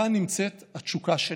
כאן נמצאת התשוקה שלי,